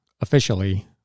officially